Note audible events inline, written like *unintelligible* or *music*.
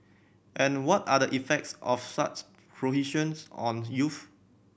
and what are the effects of such *unintelligible* on *unintelligible* youths